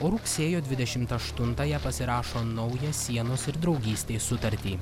o rugsėjo dvidešimt aštuntąją pasirašo naują sienos ir draugystės sutartį